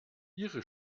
ihre